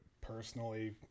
Personally